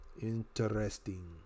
Interesting